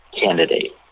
candidate